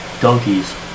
Donkeys